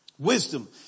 Wisdom